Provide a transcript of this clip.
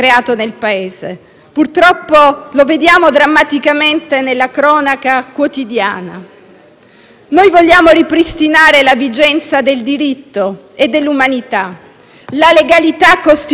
Noi vogliamo ripristinare la vigenza del diritto e dell'umanità, la legalità costituzionale e i diritti umani che il Governo ogni giorno sta violando.